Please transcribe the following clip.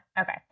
Okay